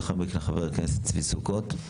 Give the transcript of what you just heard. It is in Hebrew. ולאחר מכן חבר הכנסת צבי סוכות.